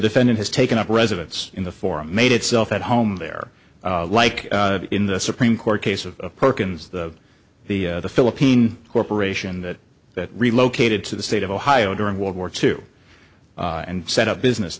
defendant has taken up residence in the foreign made itself at home there like in the supreme court case of perkins the philippine corporation that that relocated to the state of ohio during world war two and set up business